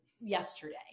yesterday